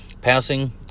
Passing